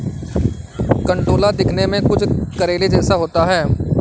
कंटोला दिखने में कुछ कुछ करेले जैसा होता है